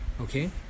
Okay